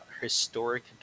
historic